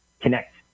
connect